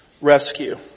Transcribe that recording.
rescue